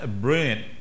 brilliant